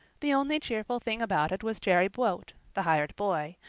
the only cheerful thing about it was jerry buote, the hired boy,